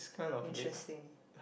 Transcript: interesting